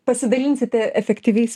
pasidalinsite efektyviais